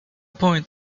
point